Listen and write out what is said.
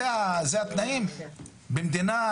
זה תלוי רק